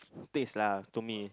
place lah to me